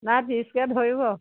নাই ত্ৰিছকৈ ধৰিব